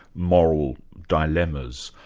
moral dilemmas.